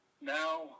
now